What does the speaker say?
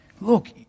look